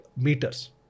meters